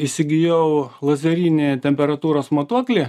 įsigijau lazerinį temperatūros matuoklį